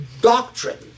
doctrine